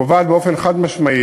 קובעת באופן חד-משמעי